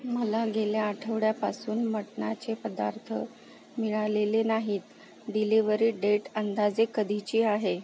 मला गेल्या आठवड्यापासून मटणाचे पदार्थ मिळालेले नाहीत डिलिवरी डेट अंदाजे कधीची आहे